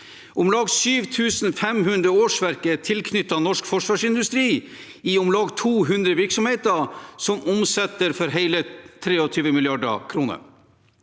Om lag 7 500 årsverk er tilknyttet norsk forsvarsindustri i om lag 200 virksomheter som omsetter for hele 23 mrd. kr.